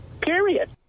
period